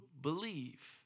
believe